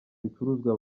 bicuruzwa